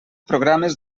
programes